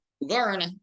learn